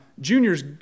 Junior's